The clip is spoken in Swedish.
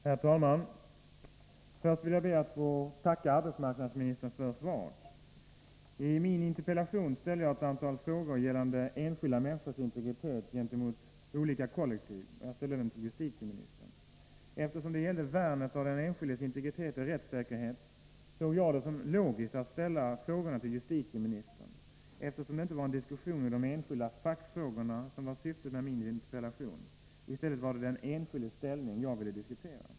Herr talman! Först ber jag att få tacka arbetsmarknadsministern för svaret. I I min interpellation till justitieministern ställde jag ett antal frågor gällande enskilda människors integritet gentemot olika kollektiv. Eftersom det gällde värnet av den enskildes integritet och rättsäkerhet, ansåg jag att det var logiskt att ställa frågorna till justiteministern. Syftet med min interpellation var inte att få en diskussion i de enskilda fackfrågorna, utan det var den enskildes ställning jag ville diskutera.